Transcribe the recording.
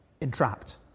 entrapped